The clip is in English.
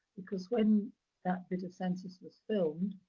because when that bit of census was filmed,